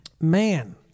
man